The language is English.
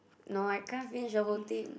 no I can't finish the whole thing